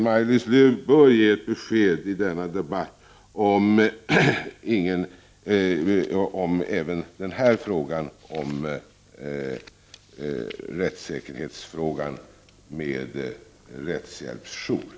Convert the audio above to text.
Maj Lis Lööw bör ge besked i denna debatt även i frågan om rättshjälpsjourer.